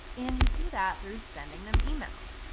and you do that through sending them emails.